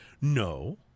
No